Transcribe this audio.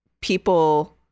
people